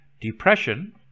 depression